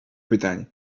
pytań